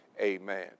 Amen